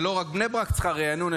ולא רק בני ברק צריך ריענון,